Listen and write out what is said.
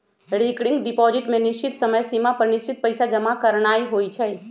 recurring deposit में निश्चित समय सिमा पर निश्चित पइसा जमा करानाइ होइ छइ